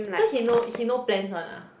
so he no he no plans [one] ah